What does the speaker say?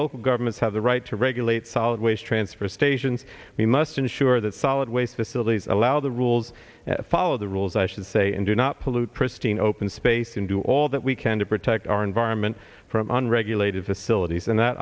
local governments have the right to regulate solid waste transfer stations we must ensure that solid waste the sillies allow the rules follow the rules i should say and do not pollute pristine open space and do all that we can to protect our environment from unregulated facilities and that